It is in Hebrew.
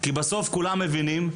כי בסוף כולם מבינים,